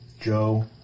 Joe